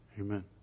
Amen